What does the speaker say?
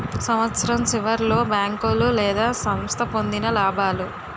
సంవత్సరం సివర్లో బేంకోలు లేదా సంస్థ పొందిన లాబాలు